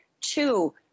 two